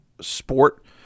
sport